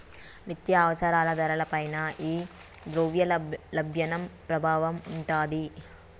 నిత్యావసరాల ధరల పైన ఈ ద్రవ్యోల్బణం ప్రభావం ఉంటాది